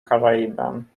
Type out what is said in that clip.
caribbean